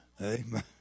Amen